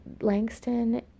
Langston